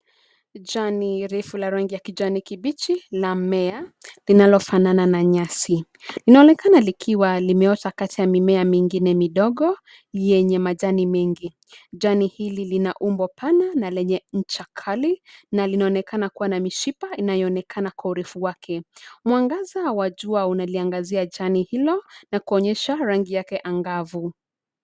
Jani refu la rangi ya kijani kibichi la mmea linalofanana na nyasi, linaonekana likiwa limeota kati ya mimea mingine midogo yenye majani mengi. Jani hili lina umbo pana na lenye ncha kali na linaonekana kuwa na mishipa inayoonekana kwa urefu wake. Mwangaza wa jua unaliangazia jani hilo na kuonyesha rangi yake angavu.